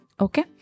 Okay